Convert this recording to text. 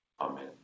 Amen